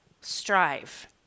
strive